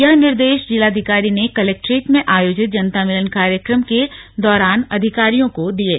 यह निर्देश जिलाधिकारी ने कलेक्ट्रेट में आयोजित जनता मिलन कार्यक्रम के दौरान अधिकारियों को दिये